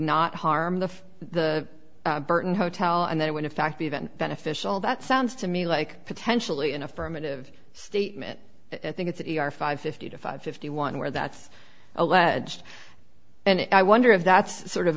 not harm the the burton hotel and then when in fact even beneficial that sounds to me like potentially an affirmative statement and i think it's an e r five fifty to five fifty one where that's alleged and i wonder if that's sort of